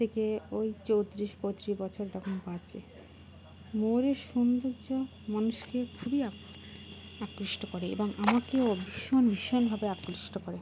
থেকে ওই চৌত্রিশ পঁয়ত্রিশ বছর তখন বাঁচে ময়ূরের সৌন্দর্য মানুষকে খুবই আকৃষ্ট করে এবং আমাকেও ভীষণ ভীষণভাবে আকৃষ্ট করে